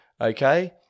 Okay